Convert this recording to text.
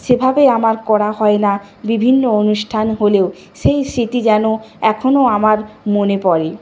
সেভাবে আমার করা হয় না বিভিন্ন অনুষ্ঠান হলেও সেই স্মৃতি যেন এখনও আমার মনে পড়ে